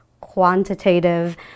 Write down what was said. quantitative